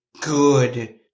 Good